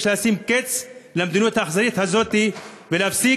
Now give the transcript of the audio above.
יש לשים קץ למדיניות האכזרית הזאת ולהפסיק